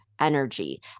energy